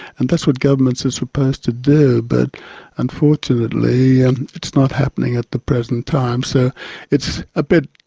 and that's what governments are supposed to do, but unfortunately and it's not happening at the present time. so it's a bit,